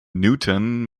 newton